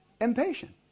impatient